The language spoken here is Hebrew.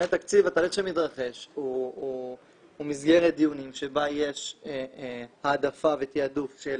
בדיוני התקציב התהליך שמתרחש הוא מסגרת דיונים שבה יש העדפה ותעדוף של